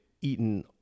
eaten